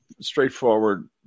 straightforward